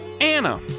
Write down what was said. Anna